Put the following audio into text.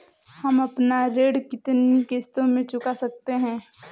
हम अपना ऋण कितनी किश्तों में चुका सकते हैं?